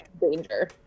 danger